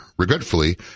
Regretfully